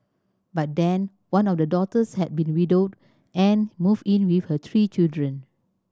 by then one of the daughters had been widowed and moved in with her three children